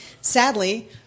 Sadly